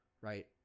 right